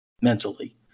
mentally